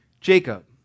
Jacob